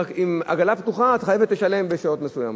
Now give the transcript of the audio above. עם עגלה פתוחה את חייבת לשלם בשעות מסוימות.